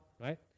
right